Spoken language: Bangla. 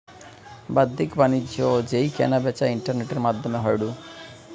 বাদ্দিক বাণিজ্য যেই কেনা বেচা ইন্টারনেটের মাদ্ধমে হয়ঢু